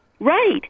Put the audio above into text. Right